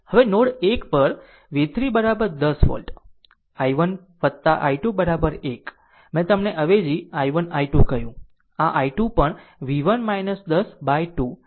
હવે નોડ 1 પર v 3 10 વોલ્ટi1 i2 1 મેં તમને અવેજી i1 i2 કહ્યું આ i2 પણv1 10 by 2 મેં તમને કહ્યું હતું